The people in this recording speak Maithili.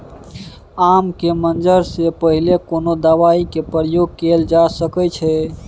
आम के मंजर से पहिले कोनो दवाई के प्रयोग कैल जा सकय अछि?